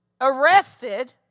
arrested